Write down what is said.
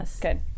Good